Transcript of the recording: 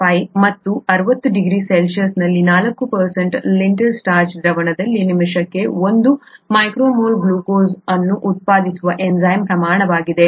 5 ಮತ್ತು 60 degree C ನಲ್ಲಿ 4 Lintner starch ದ್ರಾವಣದಲ್ಲಿ ನಿಮಿಷಕ್ಕೆ 1 µmol ಗ್ಲುಕೋಸ್ ಅನ್ನು ಉತ್ಪಾದಿಸುವ ಎನ್ಝೈಮ್ ಪ್ರಮಾಣವಾಗಿದೆ